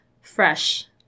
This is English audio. Fresh